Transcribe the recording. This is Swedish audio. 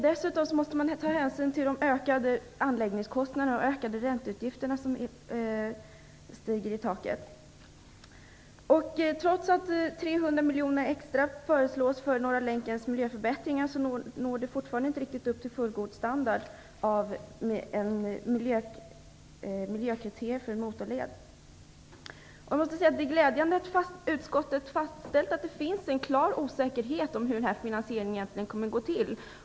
Dessutom måste hänsyn tas till anläggningskostnaderna och ränteutgifterna som kommer att stiga i höjden. Trots att 300 miljoner extra föreslås för norra länkens miljöförbättringar uppnås ändå inte fullgod standard när det gäller miljökriterier för en motorled. Det är glädjande att utskottet har fastställt att det råder en klar osäkerhet om hur finansieringen egentligen skall gå till.